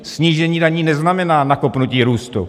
Snížení daní neznamená nakopnutí růstu.